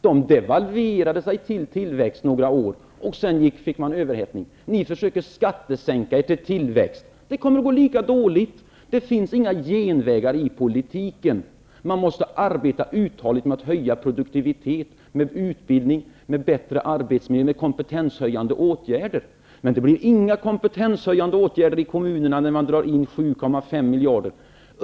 De devalverade sig till några års tillväxt, men sedan fick de överhettning. Ni försöker skattesänka er till tillväxt. Det kommer att gå lika dåligt. Det finns inga genvägar i politiken. Man måste arbeta uthålligt med att höja produktivitet, med utbildning, med kompetenshöjande åtgärder. Men det blir inga kompetenshöjande åtgärder i kommunerna när man drar in 7,5 miljarder.